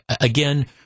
again